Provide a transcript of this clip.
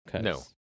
no